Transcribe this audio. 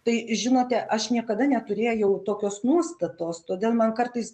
tai žinote aš niekada neturėjau tokios nuostatos todėl man kartais